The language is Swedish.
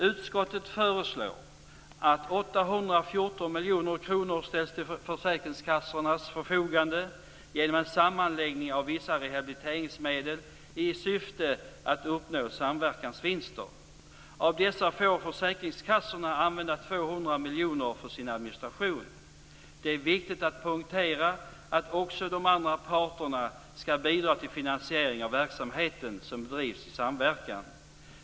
Utskottet föreslår att 814 miljoner kronor ställs till försäkringskassornas förfogande genom en sammanläggning av vissa rehabiliteringsmedel i syfte att uppnå samverkansvinster. Av dessa får försäkringskassorna använda 200 miljoner för sin administration. Det är viktigt att poängtera att också de andra parterna skall bidra till finansieringen av verksamhet som bedrivs i samverkan.